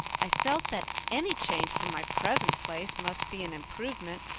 i felt that any change from my present place must be an improvement,